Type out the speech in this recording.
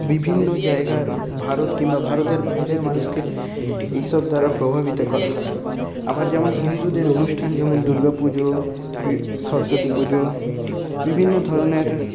বিভিন্ন জায়গার ভারত কিংবা ভারতের বাইরের মানুষকে এই সব দ্বারা প্রভাবিত করা হয় আবার যেমন হিন্দুদের অনুষ্ঠান যেমন দুর্গা পুজো সরস্বতী পুজো বিভিন্ন ধরণের